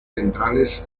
centrales